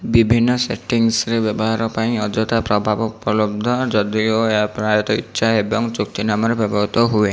ବିଭିନ୍ନ ସେଟିଂସରେ ବ୍ୟବହାର ପାଇଁ ଅଯଥା ପ୍ରଭାବ ଉପଲବ୍ଧ ଯଦିଓ ଏହା ପ୍ରାୟତଃ ଇଚ୍ଛା ଏବଂ ଚୁକ୍ତିନାମାରେ ବ୍ୟବହୃତ ହୁଏ